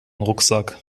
rucksack